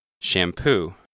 Shampoo